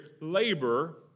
labor